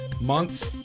months